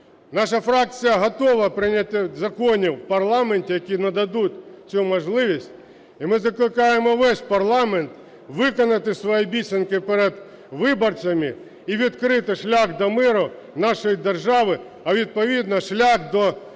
Наша фракція готова до прийняття законів в парламенті, які нададуть цю можливість. І ми закликаємо весь парламент виконати свої обіцянки перед виборцями і відкрити шлях до миру в нашій державі, а відповідно шлях до перемог,